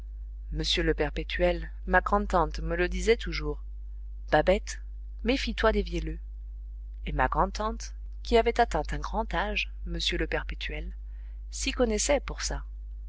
monsieur le perpétuel ma grand tante me le disait toujours babette méfie toi des vielleux et ma grand tante qui avait atteint un grand âge monsieur le perpétuel s'y connaissait pour ça